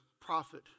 prophet